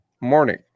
morning